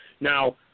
Now